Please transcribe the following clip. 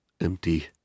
empty